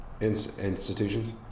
institutions